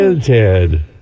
Ted